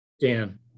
Dan